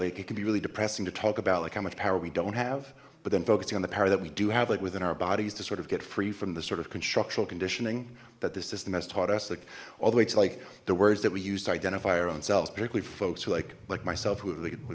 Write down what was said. it can be really depressing to talk about like how much power we don't have but then focusing on the power that we do have like within our bodies to sort of get free from the sort of constructional conditioning that this system has taught us like all the weights like the words that we use to identify our own selves particularly for folks who like like myself who